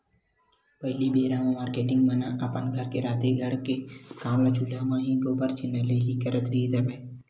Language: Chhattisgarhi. पहिली बेरा म मारकेटिंग मन ह अपन घर के राँधे गढ़े के काम ल चूल्हा म ही, गोबर छैना ले ही करत रिहिस हवय